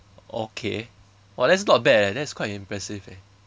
okay !wah! that's not bad eh that's quite impressive eh